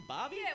Bobby